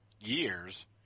years